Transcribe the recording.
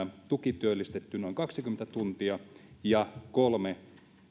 tukityöllistetty noin kaksikymmentä tuntia ja kolme